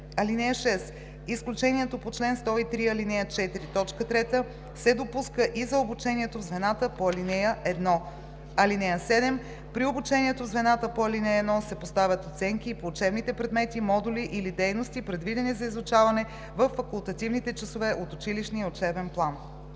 ал. 5. (6) Изключението по чл. 103, ал. 4, т. 3 се допуска и за обучението в звената по ал. 1. (7) При обучението в звената по ал. 1 се поставят оценки и по учебните предмети, модули или дейности, предвидени за изучаване във факултативните часове от училищния учебен план.“